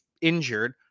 injured